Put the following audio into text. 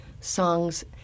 songs